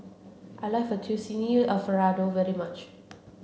I like Fettuccine Alfredo very much